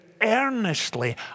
earnestly